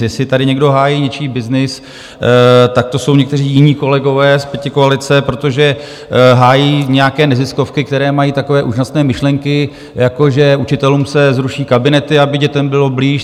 Jestli tady někdo hájí něčí byznys, tak to jsou někteří jiní kolegové z pětikoalice, protože hájí nějaké neziskovky, které mají takové úžasné myšlenky, jako že učitelům se zruší kabinety, aby dětem byli blíž.